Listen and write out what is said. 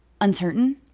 uncertain